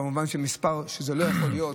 כמובן שזה לא יכול להיות,